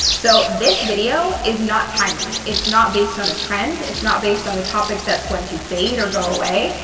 so, this video is not timely. it's not based on a trend, it's not based on a topic that's going to fade or go away.